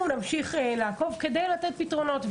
אנחנו נמשיך לעקוב כדי לתת פתרונות.